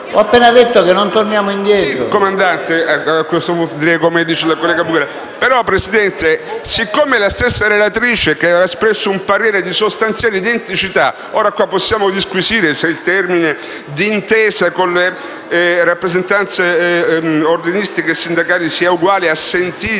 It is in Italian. ho appena detto che non torniamo indietro.